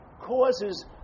causes